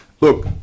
Look